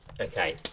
Okay